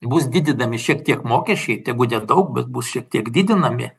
bus didinami šiek tiek mokesčiai tegu nedaug bet bus šiek tiek didinami